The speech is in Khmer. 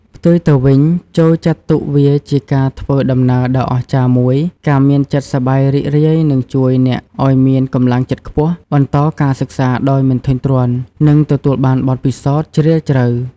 ផ្ទុយទៅវិញ ចូរចាត់ទុកវាជាការធ្វើដំណើរដ៏អស្ចារ្យមួយ។ ការមានចិត្តសប្បាយរីករាយនឹងជួយអ្នកឱ្យ មានកម្លាំងចិត្តខ្ពស់ បន្តការសិក្សាដោយមិនធុញទ្រាន់ និងទទួលបានបទពិសោធន៍ជ្រាលជ្រៅ។